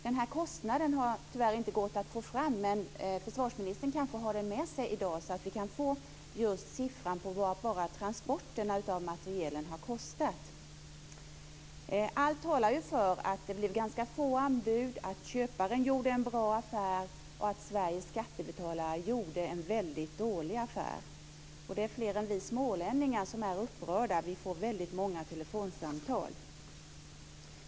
Den här kostnaden har tyvärr inte gått att få fram, men försvarsministern kanske har den med sig i dag så att vi kan få siffran på vad bara transporterna av materielen har kostat. Allt talar för att det blev ganska få anbud, att köparen gjorde en bra affär och att Sveriges skattebetalare gjorde en väldigt dålig affär. Det är fler än vi smålänningar som är upprörda. Vi får väldigt många telefonsamtal.